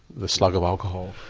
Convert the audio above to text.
the slug of alcohol?